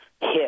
hit